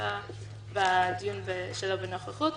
בדיון שלא בנוכחות.